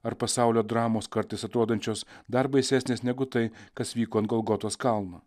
ar pasaulio dramos kartais atrodančios dar baisesnės negu tai kas vyko ant golgotos kalno